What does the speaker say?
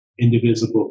indivisible